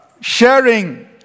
sharing